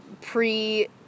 pre